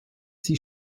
sie